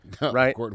right